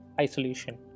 isolation